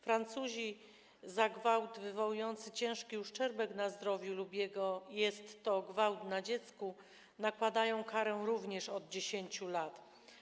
Francuzi za gwałt wywołujący ciężki uszczerbek na zdrowiu lub gwałt na dziecku nakładają karę również od 10 lat.